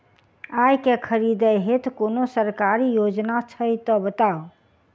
आइ केँ खरीदै हेतु कोनो सरकारी योजना छै तऽ बताउ?